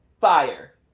fire